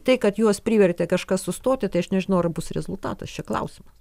tai kad juos privertė kažkas sustoti tai aš nežinau ar bus rezultatas čia klausimas